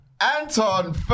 Anton